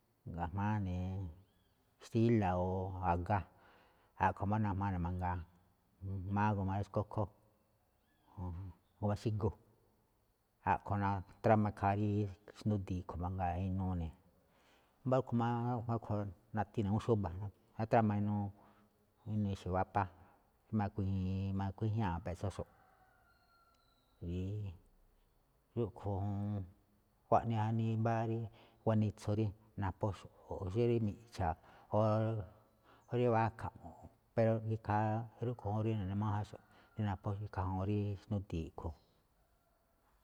Ga̱jma̱á ja̱ꞌnee xtíla o a̱ga, a̱ꞌkhue̱n máꞌ najmaa ne̱ mangaa, jma̱á g a rí xkókhó, g a xígu, a̱ꞌkhue̱n natráma ikhaa rí xndúdii mangaa inuu ne̱. Wámba̱ rúꞌkhue̱n má natí ne̱ ná awúun xúba̱, trama inuu ixe̱ wapa, rí makuíji̱i̱n rí ma̱kuíjñáaꞌxo̱ꞌ mu̱peꞌtsóxo̱ꞌ. rúꞌkhue̱n juun, xkuaꞌnii jaꞌnii mbá rí guanitsu rí naphóxo̱ꞌ o xí rí miꞌcha̱, o rí wakha̱ꞌ pero ikhaa rúꞌkhue̱n ñajuun rí nune̱ máján, rí naphóxo̱ꞌ ikhaa juun rí xndúdii a̱ꞌkhue̱n.